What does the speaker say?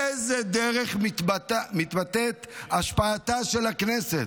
--- באיזו דרך מתבטאת השפעתה של הכנסת?